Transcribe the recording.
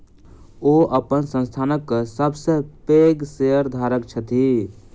ओ अपन संस्थानक सब सॅ पैघ शेयरधारक छथि